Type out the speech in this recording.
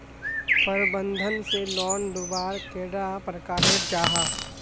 प्रबंधन से लोन लुबार कैडा प्रकारेर जाहा?